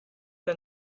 the